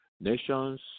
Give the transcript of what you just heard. nations